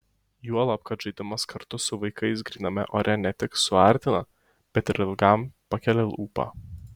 juolab kad žaidimas kartu su vaikais gryname ore ne tik suartina bet ir ilgam pakelia ūpą